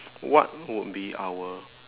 what would be our